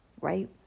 right